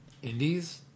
Indies